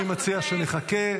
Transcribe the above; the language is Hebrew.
אני מציע שנחכה.